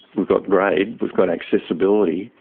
we've got grade, we've got accessibility,